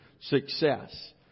success